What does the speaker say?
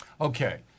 Okay